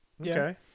Okay